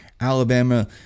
alabama